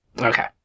Okay